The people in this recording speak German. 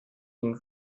dem